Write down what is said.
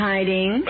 Hiding